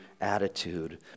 attitude